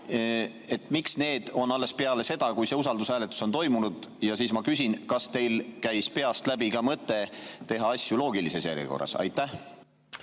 rullida, panna alles peale seda, kui usaldushääletus on toimunud. Ja ma küsin: kas teil käis peast läbi mõte teha asju loogilises järjekorras? Aitäh!